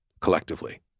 collectively